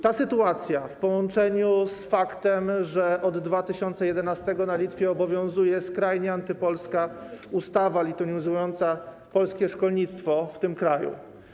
Ta sytuacja łączy się z faktem, że od 2011 r. na Litwie obowiązuje skrajnie antypolska ustawa litwinizująca polskie szkolnictwo w tym kraju.